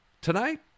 Tonight